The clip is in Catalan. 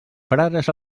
frares